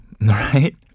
right